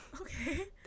Okay